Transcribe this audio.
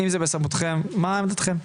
אם זה בסמכותכם, מהי עמדתכם?